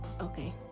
Okay